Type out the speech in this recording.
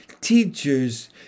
teachers